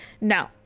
No